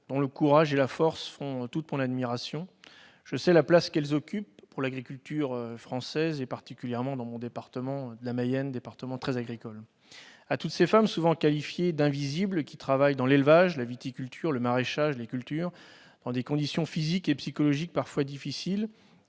dont le courage et la force font toute mon admiration. Je sais la place qu'elles occupent dans l'agriculture française, particulièrement dans mon département, très agricole, la Mayenne. Je souhaite rendre hommage, donc, à toutes ces femmes souvent qualifiées d'« invisibles », qui travaillent dans l'élevage, la viticulture, le maraîchage et autres cultures, dans des conditions physiques et psychologiques parfois difficiles,